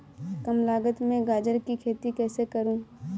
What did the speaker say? कम लागत में गाजर की खेती कैसे करूँ?